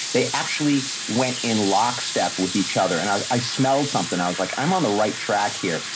they actually went in lock step with each other. and i, i smelled something. i was like, i'm on the right track here.